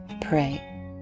pray